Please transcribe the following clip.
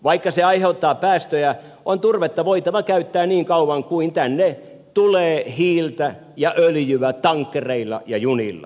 vaikka se aiheuttaa päästöjä on turvetta voitava käyttää niin kauan kuin tänne tulee hiiltä ja öljyä tankkereilla ja junilla